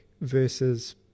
versus